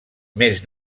més